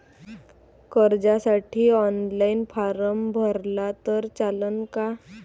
कर्जसाठी online form भरला तर चालन का?